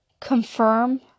Confirm